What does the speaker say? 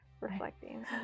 reflecting